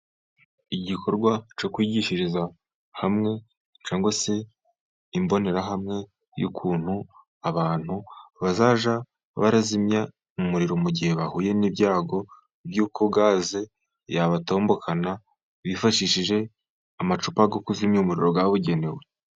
Igikorwa cyo kwigishiriza hamwe cyangwa se imbonerahamwe y'ukuntu abantu bazajya bazimya umuriro, mu gihe bahuye n'ibyago by'uko gaze yabatombokana, bifashishije amacupa yo kuzimya umuriro yabugenewe.